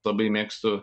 labai mėgstu